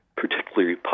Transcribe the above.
Particularly